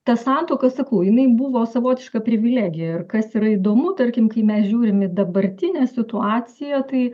ta santuoka sakau jinai buvo savotiška privilegija ir kas yra įdomu tarkim kai mes žiūrim į dabartinę situaciją tai